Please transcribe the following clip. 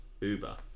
Uber